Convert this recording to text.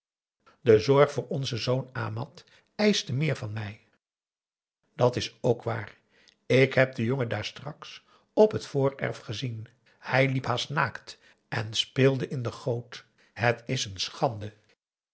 de zorg voor onzen zoon amat eischte meer van mij dat is ook waar ik heb den jongen daar straks op het voorerf gezien hij liep haast naakt en speelde in de goot het is een schande